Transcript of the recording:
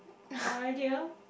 idea